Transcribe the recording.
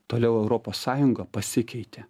toliau europos sąjunga pasikeitė